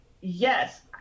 yes